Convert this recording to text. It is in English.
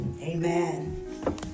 amen